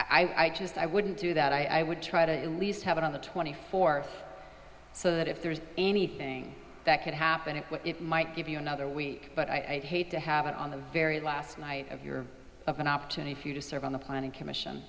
runs i just i wouldn't do that i would try to in least have it on the twenty fourth so that if there is anything that could happen it might give you another week but i'd hate to have it on the very last night of your of an opportunity for you to serve on the planning commission